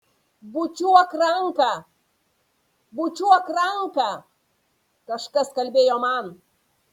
bučiuok ranką bučiuok ranką kažkas kalbėjo man